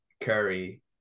Curry